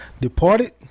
departed